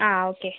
ആ ഓക്കെ